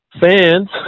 fans